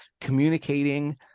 communicating